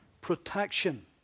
protection